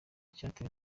cyatewe